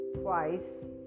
Twice